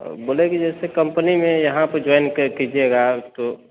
बोले कि कंपनी मे यहाँ पे जॉइन कीजिएगा तो